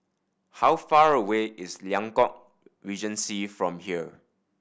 how far away is Liang Court Regency from here